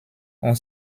ont